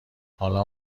حالا